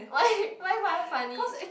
why why why find it funny